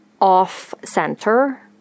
off-center